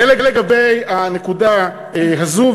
זה לגבי הנקודה הזו.